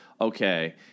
okay